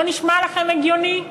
לא נשמע לכם הגיוני?